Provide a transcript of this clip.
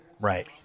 Right